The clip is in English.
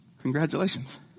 Congratulations